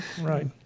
right